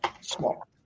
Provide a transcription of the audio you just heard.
Small